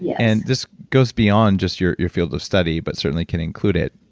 yeah and this goes beyond just your your field of study, but certainly can include it.